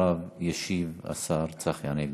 אחריו ישיב השר צחי הנגבי.